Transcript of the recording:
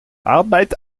arbeid